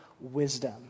wisdom